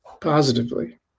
positively